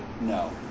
No